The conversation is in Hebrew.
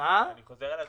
אני חוזר על הדברים: